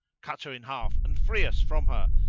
cut her in half and free us from her,